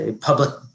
public